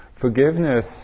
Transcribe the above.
Forgiveness